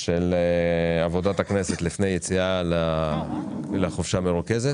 של עבודת הכנסת לפני היציאה לחופשה המרוכזת.